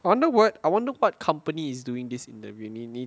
I wonder what I wonder what company is doing this in the uni